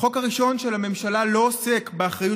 החוק הראשון של הממשלה לא עוסק באחריות